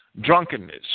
drunkenness